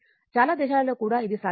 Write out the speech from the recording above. చాలా దేశాలలో కూడా ఇది సాధారణం